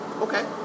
Okay